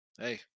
Hey